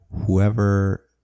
whoever